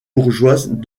bourgeoise